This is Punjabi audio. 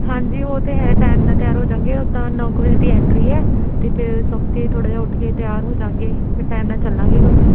ਹਾਂਜੀ ਉਹ ਤਾਂ ਹੈ ਟਾਈਮ ਨਾਲ ਤਿਆਰ ਹੋ ਜਾਂਗੇ ਉੱਦਾਂ ਨੌ ਕਿ ਦੀ ਐਂਟਰੀ ਹੈ ਅਤੇ ਫਿਰ ਕੇ ਥੋੜ੍ਹਾ ਜਿਹਾ ਉੱਠ ਕੇ ਤਿਆਰ ਹੋ ਜਾਂਗੇ ਫਿਰ ਟਾਈਮ ਨਾਲ ਚੱਲਾਂਗੇ ਘਰੋਂ ਹੀ